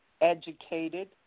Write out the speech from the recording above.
educated